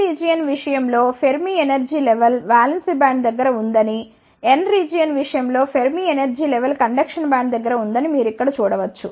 P region విషయం లో Fermi energy level valence band దగ్గర ఉందని n రీజియన్ విషయం లో Fermi energy level conduction band దగ్గర ఉందని ఇక్కడ మీరు చూడ వచ్చు